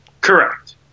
Correct